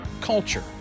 culture